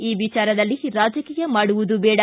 ಈ ವಿಚಾರದಲ್ಲಿ ರಾಜಕೀಯ ಮಾಡುವುದು ಬೇಡ